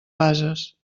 bases